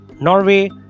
Norway